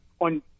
on